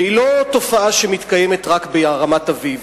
והיא לא תופעה שמתקיימת רק ברמת-אביב.